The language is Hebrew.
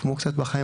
כמו בחיים,